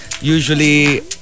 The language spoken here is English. usually